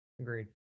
agreed